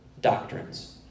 doctrines